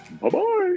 Bye-bye